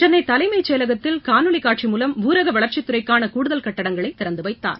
சென்னை தலைமைச் செயலகத்தில் காணொலி காட்சி மூலம் ஊரக வளர்ச்சித் துறைக்கான கூடுதல் கட்டடங்களை திறந்துவைத்தார்